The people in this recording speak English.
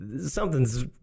something's